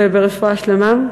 וברפואה שלמה.